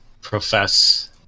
profess